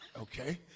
Okay